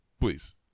Please